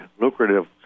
lucrative